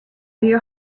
your